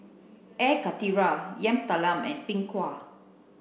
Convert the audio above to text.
Air Karthira Yam Talam and Png Kueh